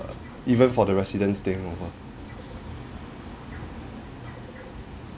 even for the residents staying over